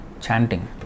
chanting